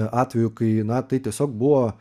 atvejų kai na tai tiesiog buvo